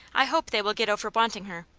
i hope they will get over wanting her.